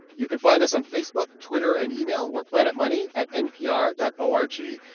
you can find us on facebook, twitter and email. we're planetmoney at npr dot o r g.